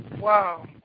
Wow